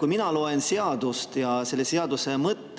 Kui mina loen eelnõu, siis mulle tundub, et